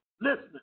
listening